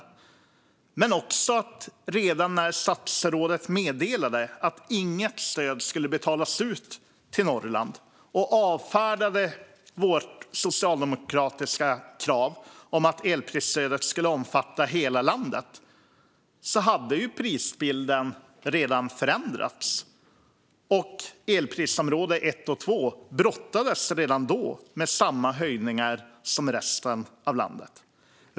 Samma sak gällde när statsrådet meddelade att inget stöd skulle betalas ut till Norrland och avfärdade vårt socialdemokratiska krav på att elprisstödet skulle omfatta hela landet. Prisbilden hade redan förändrats. Elprisområde 1 och 2 brottades med samma höjningar som resten av landet.